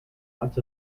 lots